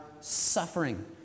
suffering